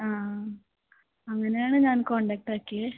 ആ അങ്ങനെയാണ് ഞാൻ കോൺടാക്ട് ആക്കിയത്